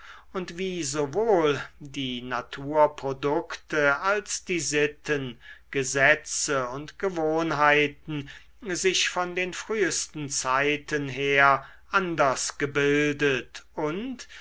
und wie sowohl die naturprodukte als die sitten gesetze und gewohnheiten sich von den frühesten zeiten her anders gebildet und